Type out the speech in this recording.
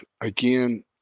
again